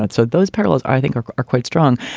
but so those parallels are i think are are quite strong.